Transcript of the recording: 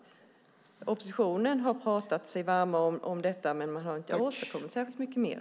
Oppositionen har talat sig varm för detta men har inte åstadkommit särskilt mycket mer.